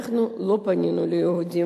אנחנו לא פנינו ליהודים,